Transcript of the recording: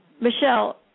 Michelle